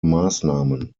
maßnahmen